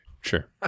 Sure